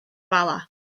bala